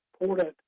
important